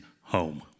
home